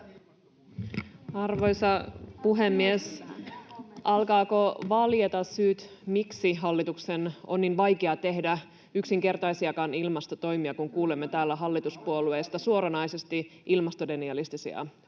Arvoisa puhemies! Alkavatko valjeta syyt, miksi hallituksen on niin vaikea tehdä yksinkertaisiakaan ilmastotoimia, kun kuulemme täällä hallituspuolueista suoranaisesti ilmastodenialistisia puheita.